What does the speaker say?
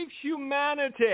humanity